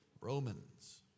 Romans